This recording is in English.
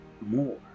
more